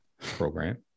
program